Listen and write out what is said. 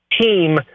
team